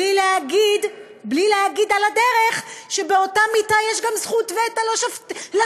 בלי להגיד על הדרך שבאותה מיטה יש גם זכות וטו לפוליטיקאים,